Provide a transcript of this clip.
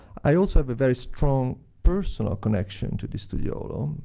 i also have a very strong personal connection to the studiolo,